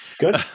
good